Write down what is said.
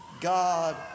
God